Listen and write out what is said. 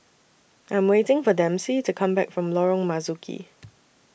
I Am waiting For Dempsey to Come Back from Lorong Marzuki